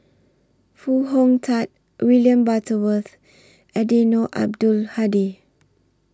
Foo Hong Tatt William Butterworth Eddino Abdul Hadi